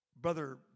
Brother